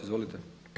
Izvolite.